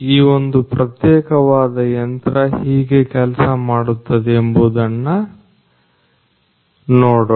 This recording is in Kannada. ಈ ಒಂದು ಪ್ರತ್ಯೇಕವಾದ ಯಂತ್ರ ಹೇಗೆ ಕೆಲಸ ಮಾಡುತ್ತದೆ ಎಂಬುದನ್ನು ನೋಡೋಣ